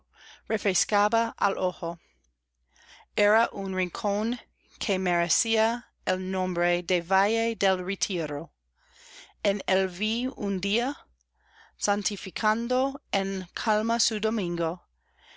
refrescaba al ojo era un rincón que merecía el nombre de valle del retiro en él vi un día santificando en calma su domingo